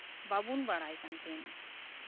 ᱵᱟᱵᱩᱱ ᱵᱟᱲᱟᱭ ᱠᱟᱱᱛᱟᱦᱮᱱᱟ